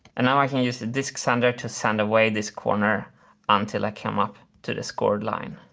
and now i can use the disc sander to sand away this corner until i come up to the scored line.